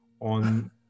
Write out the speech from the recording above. on